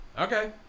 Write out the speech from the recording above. Okay